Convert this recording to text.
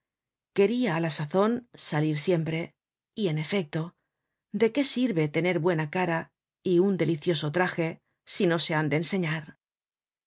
queria á la sazon salir siempre y en efecto de qué sirve tener buena cara y un delicioso traje si no se han de enseñar